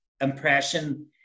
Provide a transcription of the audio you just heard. impression